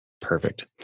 Perfect